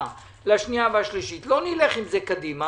לשנייה והשלישית לא נלך עם זה קדימה